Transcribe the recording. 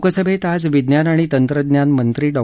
लोकसभेत आज विज्ञान आणि तंत्रज्ञान मंत्री डॉ